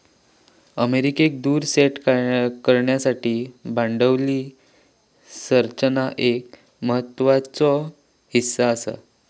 अमेरिकेत दर सेट करण्यासाठी भांडवली संरचना एक महत्त्वाचो हीस्सा आसा